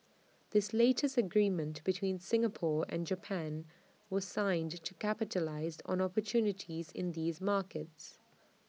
this latest agreement between Singapore and Japan was signed to capitalise on opportunities in these markets